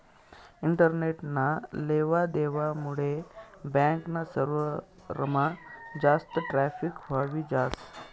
इंटरनेटना लेवा देवा मुडे बॅक ना सर्वरमा जास्त ट्रॅफिक व्हयी जास